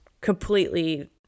completely